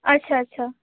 अच्छा अच्छा